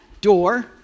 door